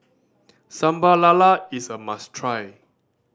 Sambal Lala is a must try